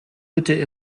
bitte